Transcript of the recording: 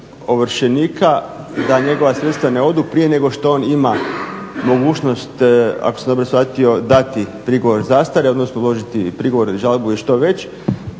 ovršenika da njegova sredstva ne odu prije nego što on ima mogućnosti ako sam dobro shvatio dati prigovor zastare odnosno uložiti i prigovor i žalbu što već